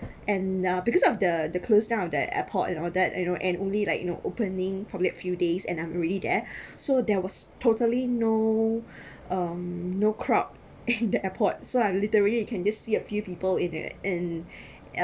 and uh because of the the closed down that airport and all that and and only like you know opening for that few days and I'm really there so there was totally no um no crowd in the airport so I literally can just see a few people in it in